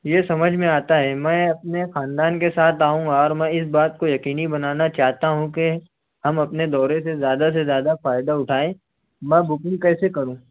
یہ سمجھ میں آتا ہے میں اپنے خاندان کے ساتھ آؤں گا اور میں اس بات کو یقینی بنانا چاہتا ہوں کہ ہم اپنے دورے سے زیادہ سے زیادہ فائدہ اٹھائیں میں بکنگ کیسے کروں